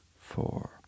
four